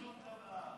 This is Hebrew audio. שום דבר.